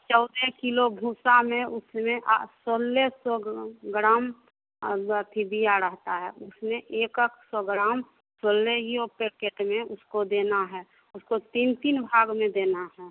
चौदह किलो भूसा में उसमें आ सोलह सौ ग्राम ग्राम और फिर बिया रहता उसमें एक एक सौ ग्राम फूलने ये होते है कि कितने उसको देना है उसको तीन तीन भाग में देना है